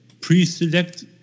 pre-select